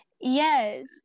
yes